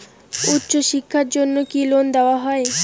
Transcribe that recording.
উচ্চশিক্ষার জন্য কি লোন দেওয়া হয়?